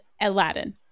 Aladdin